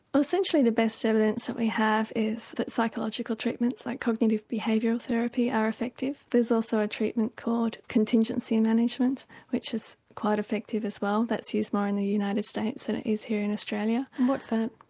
essentially the best evidence that we have is that psychological treatments like cognitive behavioural therapy are effective. there's also a treatment called contingency management which is quite effective as well, that's used more in the united states than it is here in australia. and what's that?